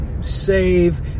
save